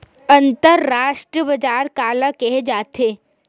अंतरराष्ट्रीय बजार काला कहे जाथे?